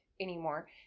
Anymore